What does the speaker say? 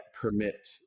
permit